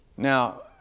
Now